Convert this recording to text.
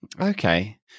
Okay